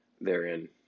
therein